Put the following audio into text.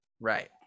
Right